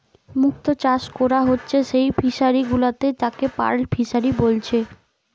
মুক্ত চাষ কোরা হচ্ছে যেই ফিশারি গুলাতে তাকে পার্ল ফিসারী বলছে